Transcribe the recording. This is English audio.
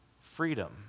freedom